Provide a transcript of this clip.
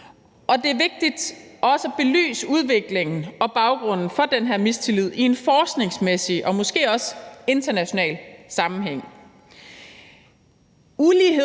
Og det er også vigtigt at belyse udviklingen og baggrunden for den her mistillid i en forskningsmæssig og måske også international sammenhæng.